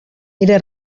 era